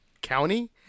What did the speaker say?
county